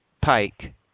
Pike